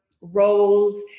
roles